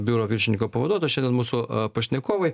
biuro viršiniko pavaduoto šiandien mūsų pašnekovai